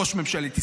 ראש ממשלת ישראל,